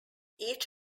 each